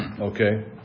Okay